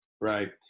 Right